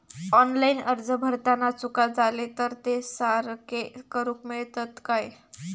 Online अर्ज भरताना चुका जाले तर ते सारके करुक मेळतत काय?